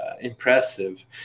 impressive